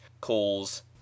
calls